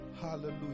hallelujah